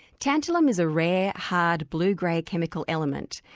tantalum is a rare, hard blue-grey chemical element.